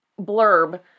blurb